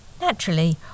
naturally